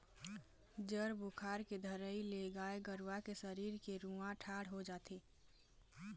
जर बुखार के धरई ले गाय गरुवा के सरीर के रूआँ ठाड़ हो जाथे